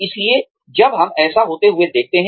इसलिए जब हम ऐसा होते हुए देखते हैं